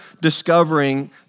discovering